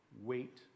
Wait